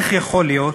איך יכול להיות